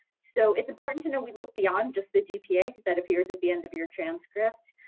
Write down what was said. so it's important to know, we look beyond just the gpa that appears at the end of your transcript.